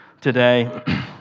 today